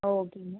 ஓகேங்க